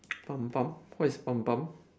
bump bump what is bump bump